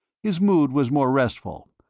his mood was more restful,